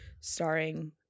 Starring